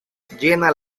llena